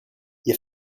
ihr